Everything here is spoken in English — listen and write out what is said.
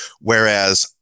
Whereas